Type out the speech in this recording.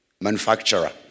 manufacturer